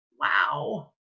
wow